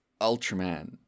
Ultraman